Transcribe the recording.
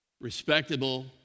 respectable